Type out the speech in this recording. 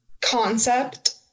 concept